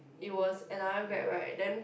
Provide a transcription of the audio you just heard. it was another Grab right then